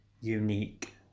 unique